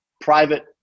private